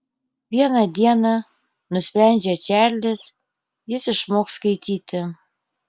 vieną dieną nusprendžia čarlis jis išmoks skaityti